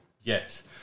Yes